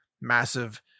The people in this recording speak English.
Massive